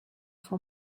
for